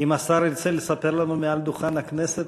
אם השר ירצה לספר לנו מעל דוכן הכנסת,